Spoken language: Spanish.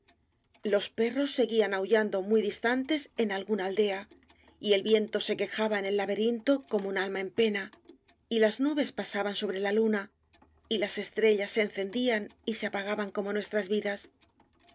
los perros seguían aullando muy distantes en alguna aldea y el viento se quejaba en el laberinto como un alma en pena y as nubes pasaban sobre la luna y las estrellas se encendían y se apagaban como nuestras vidas